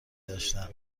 داشتن